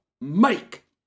make